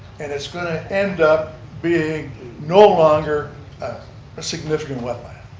and it's going to end up being no longer a significant wetland.